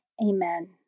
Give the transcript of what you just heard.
Amen